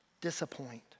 disappoint